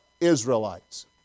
Israelites